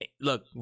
look